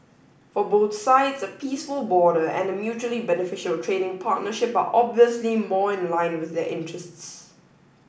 for both sides a peaceful border and a mutually beneficial trading partnership are obviously more in line with their interests